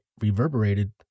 reverberated